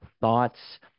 thoughts